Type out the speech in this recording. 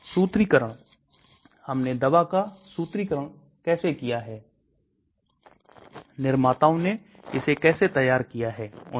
इसलिए हमने कई सारे गुणों को देखा है जैसे घुलनशीलता प्रवेश और पारगम्यता